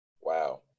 Wow